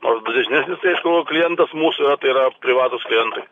nors dažnesnis tai aišku klientas mūsų yra tai yra privatūs klientai